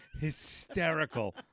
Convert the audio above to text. hysterical